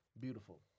Beautiful